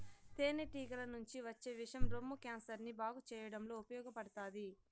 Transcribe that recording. తేనె టీగల నుంచి వచ్చే విషం రొమ్ము క్యాన్సర్ ని బాగు చేయడంలో ఉపయోగపడతాది